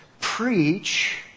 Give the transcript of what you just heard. preach